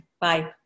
Bye